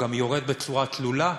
הוא גם יורד בצורה תלולה,